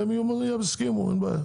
והם יסכימו אין בעיה,